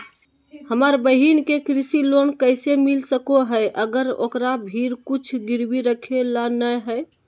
हमर बहिन के कृषि लोन कइसे मिल सको हइ, अगर ओकरा भीर कुछ गिरवी रखे ला नै हइ?